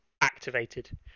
activated